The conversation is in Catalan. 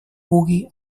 pugui